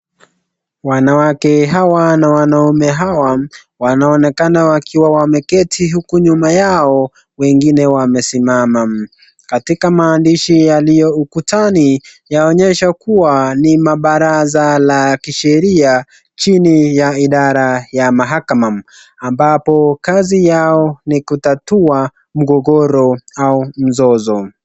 Wanawake hawa na wanaume hawa wanaonekana wakiwa wameketi huku nyuma yao wengine wamesimama, katika maandishi yaliyo ukutani yaonyesha kuwa ni mabaraza la kisheria chini ya idhara ya mahakma, ambapo kazi yao ni kutatua mgogoro au mzozo.